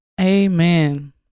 amen